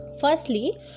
firstly